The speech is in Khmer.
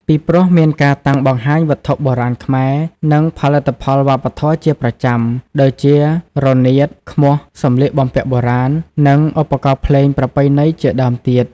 ពីព្រោះមានការតាំងបង្ហាញវត្ថុបុរាណខ្មែរ និងផលិតផលវប្បធម៌ជាប្រចាំ ដូចជា រនាត ឃ្មោះ សម្លៀកបំពាក់បុរាណ និងឧបករណ៍ភ្លេងប្រពៃណីជាដើមទៀត។